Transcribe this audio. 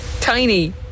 Tiny